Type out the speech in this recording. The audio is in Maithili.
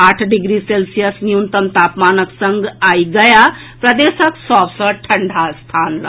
आठ डिग्री सेल्सियस न्यूनतम तापमानक संग आइ गया प्रदेशक सभ सॅ ठंडा स्थान रहल